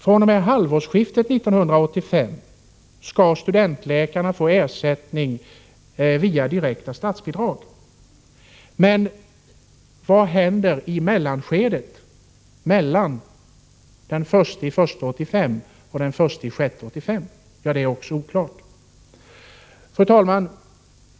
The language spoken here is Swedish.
fr.o.m. halvårsskiftet 1985 skall studentläkarna få ersättning via direkta statsbidrag. Men vad händer under mellantiden, mellan den 1 januari och den 1 juli 1985? Det är också oklart. Fru talman!